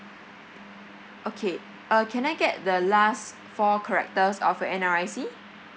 okay uh can I get the last four characters of your N_R_I_C